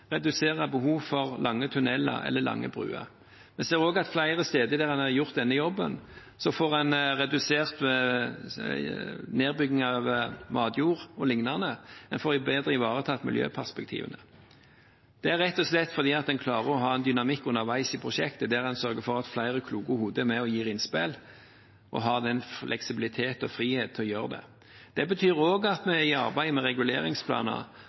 redusere behov for lange tunneler eller lange broer. Vi ser også at en flere steder der en har gjort denne jobben, får redusert nedbygging av matjord o.l., en får bedre ivaretatt miljøperspektivene. Det er rett og slett fordi at en klarer å ha en dynamikk underveis i prosjektet der en sørger for at flere kloke hoder er med, gir innspill og har fleksibilitet og frihet til å gjøre det. Det betyr også at vi i arbeidet med